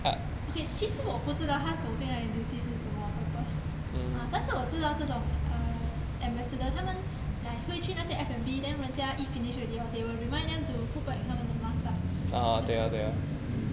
okay 其实我不知道她走进了 N_T_U_C 是什么 purpose 啊但是我知道这种 uh ambassador 他们 like 会去那些 F&B then 人家 eat finish already hor they will remind them to put back 他们的 mask ah 就是 mm